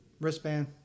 Wristband